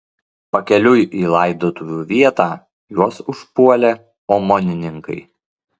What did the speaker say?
pakeliui į laidotuvių vietą juos užpuolė omonininkai